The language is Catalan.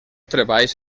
treballs